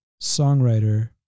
songwriter